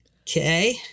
okay